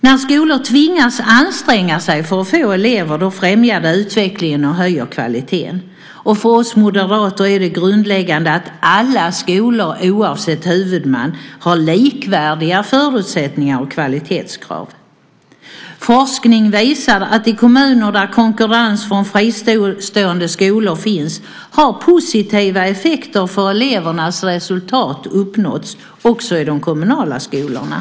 När skolor tvingas anstränga sig för att få elever främjar det utvecklingen och höjer kvaliteten. För oss moderater är det grundläggande att alla skolor oavsett huvudman har likvärdiga förutsättningar och kvalitetskrav. Forskning visar att i kommuner där konkurrens från fristående skolor finns har positiva effekter för elevernas resultat uppkommit också i de kommunala skolorna.